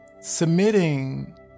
submitting